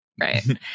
Right